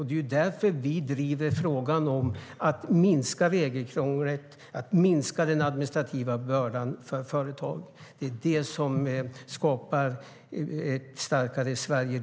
Det är därför vi driver frågan om att minska regelkrånglet och den administrativa bördan för företag. Det är det som skapar ett starkare Sverige.